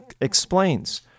explains